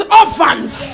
orphans